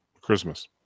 Christmas